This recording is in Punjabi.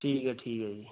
ਠੀਕ ਹੈ ਠੀਕ ਹੈ ਜੀ